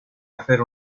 hacer